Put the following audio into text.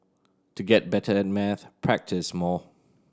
to get better at maths practise more